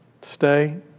stay